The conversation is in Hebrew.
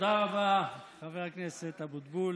תודה רבה, חבר הכנסת אבוטבול.